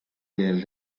del